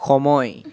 সময়